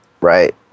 right